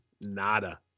nada